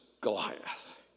Goliath